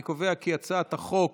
אני קובע כי הצעת החוק